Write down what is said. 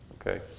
Okay